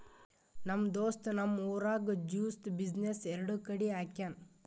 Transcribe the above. ನಮ್ ದೋಸ್ತ್ ನಮ್ ಊರಾಗ್ ಜ್ಯೂಸ್ದು ಬಿಸಿನ್ನೆಸ್ ಎರಡು ಕಡಿ ಹಾಕ್ಯಾನ್